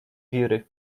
wiry